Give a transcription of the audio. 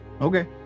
Okay